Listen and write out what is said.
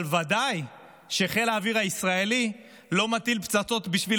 אבל ודאי שחיל האוויר הישראלי לא מטיל פצצות בשביל